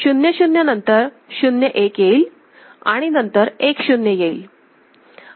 0 0 नंतर 0 1 येईल आणि नंतर 1 0 येईल